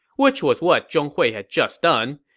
which was what zhong hui had just done.